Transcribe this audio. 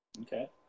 Okay